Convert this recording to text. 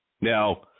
Now